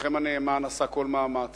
עבדכם הנאמן עשה כל מאמץ,